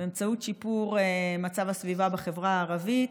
באמצעות שיפור מצב הסביבה בחברה הערבית.